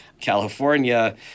California